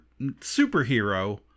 superhero